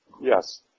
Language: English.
Yes